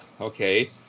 okay